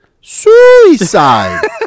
suicide